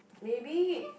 maybe